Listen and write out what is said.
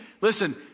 Listen